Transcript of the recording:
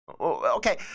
Okay